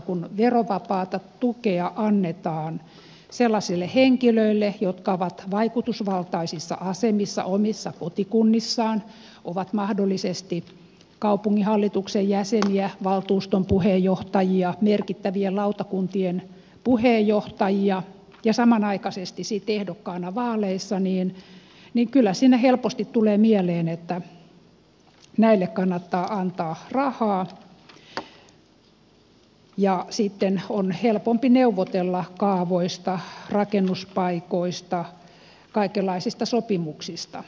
kun verovapaata tukea annetaan sellaisille henkilöille jotka ovat vaikutusvaltaisissa asemissa omissa kotikunnissaan ovat mahdollisesti kaupunginhallituksen jäseniä valtuuston puheenjohtajia merkittävien lautakuntien puheenjohtajia ja samanaikaisesti sitten ehdokkaana vaaleissa niin kyllä siinä helposti tulee mieleen että näille kannattaa antaa rahaa ja sitten on helpompi neuvotella kaavoista rakennuspaikoista kaikenlaisista sopimuksista